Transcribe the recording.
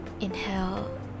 Inhale